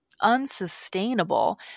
unsustainable